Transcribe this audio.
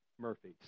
Murphy